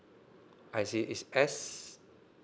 I_C is S